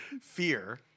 Fear